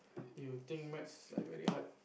you think maths is like very hard